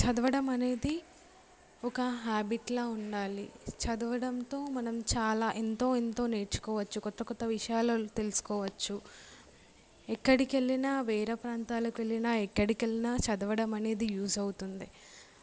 చదవడం అనేది ఒక హ్యాబిట్లా ఉండాలి చదవడంతో మనం చాలా ఎంతో ఎంతో నేర్చుకోవచ్చు కొత్త కొత్త విషయాలు తెలుసుకోవచ్చు ఎక్కడికెళ్ళినా వేరే ప్రాంతాలకెళ్ళినా ఎక్కడికెళ్ళినా చదవడం అనేది యూస్ అవుతుంది